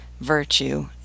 virtue